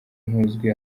ntuzwi